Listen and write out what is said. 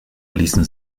ließen